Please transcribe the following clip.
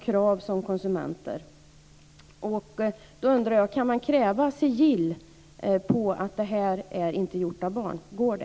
Men vi kan också göra det genom att vi som konsumenter ställer krav.